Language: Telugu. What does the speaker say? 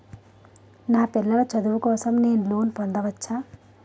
నా పిల్లల చదువు కోసం నేను లోన్ పొందవచ్చా?